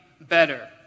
better